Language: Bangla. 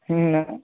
হুম